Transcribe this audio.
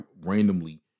randomly